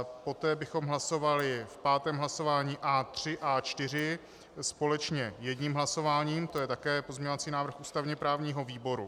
Poté bychom hlasovali v pátém hlasování A3, A4 společně jedním hlasováním, to je také pozměňovací návrh ústavněprávního výboru.